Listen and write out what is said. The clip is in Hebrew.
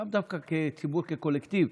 לאו דווקא ציבור כקולקטיב.